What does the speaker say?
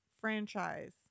franchise